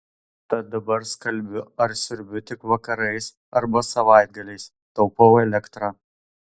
tad dabar skalbiu ar siurbiu tik vakarais arba savaitgaliais taupau elektrą